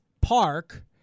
park